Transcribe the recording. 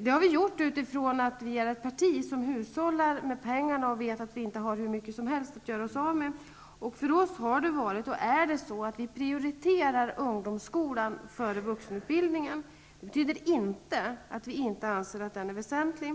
Det har vi gjort därför att vi är ett parti som hushåller med pengarna och vet att vi inte har hur mycket som helst att göra av med. För oss har det varit och är så, att vi prioriterar ungdomsskolan före vuxenutbildningen. Det betyder inte att vi inte anser att vuxenutbildningen är väsentlig.